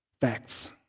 Facts